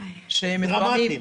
דרמטיים?